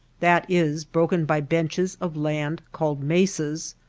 that is, broken by benches of land called mesas,